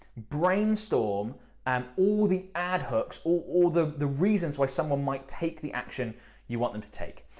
brainstorm um all the ad hooks or all the the reasons why someone might take the action you want them to take,